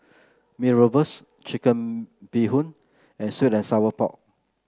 Mee Rebus Chicken Bee Hoon and sweet and Sour Pork